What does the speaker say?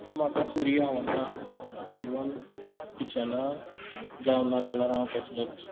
so म्हाका सुरी आवडना इवन किचना जावं नाजाल्यार हांव कसलोच